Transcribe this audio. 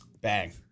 Bang